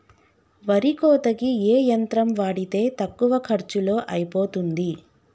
వరి కోతకి ఏ యంత్రం వాడితే తక్కువ ఖర్చులో అయిపోతుంది?